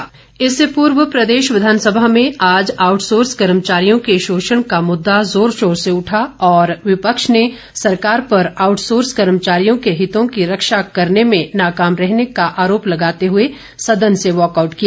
Waugh कआउट इससे पूर्व प्रदेश विधानसभा में आज आउटसोर्स कर्मचारियों के शोषण का मुद्दा जोर शोर से उठा और विपक्ष ने सरकार पर आउटसोर्स कर्मचारियों के हितों की रक्षा करने में नाकाम रहने का आरोप लगाते हुए सदन से वाकआउट किया